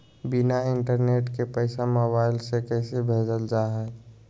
बिना इंटरनेट के पैसा मोबाइल से कैसे भेजल जा है?